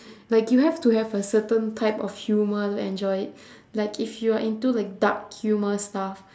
like you have to have a certain type of humour to enjoy it like if you are into like dark humour stuff